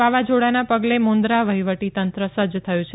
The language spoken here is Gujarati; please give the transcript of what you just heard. વાવાઝોડાના પગલે મુન્દ્રા વહીવટતંત્ર સજજ થયું છે